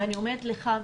ואני אומרת לך,